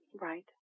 right